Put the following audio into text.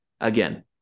again